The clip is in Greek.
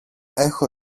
έχω